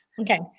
okay